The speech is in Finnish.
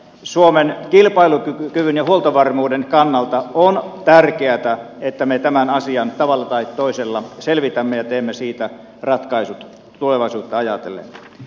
suomen kilpailukyvyn ja huoltovarmuuden kannalta on tärkeätä että me tämän asian tavalla tai toisella selvitämme ja teemme siitä ratkaisut tulevaisuutta ajatellen